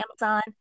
Amazon